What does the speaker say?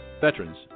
Veterans